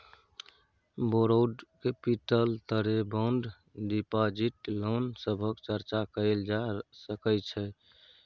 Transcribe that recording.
borrowed capital तरे bond deposit loan सभक चर्चा कएल जा सकइ छै